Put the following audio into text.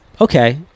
okay